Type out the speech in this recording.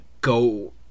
go